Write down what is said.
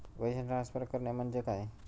पैसे ट्रान्सफर करणे म्हणजे काय?